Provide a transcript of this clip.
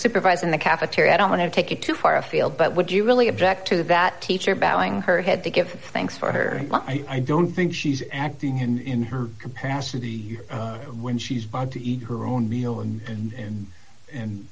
prize in the cafeteria i don't want to take it too far afield but would you really object to that teacher battling her head to give thanks for her i don't think she's acting in her capacity when she's barred to eat her own meal and and and and